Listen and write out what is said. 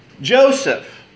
Joseph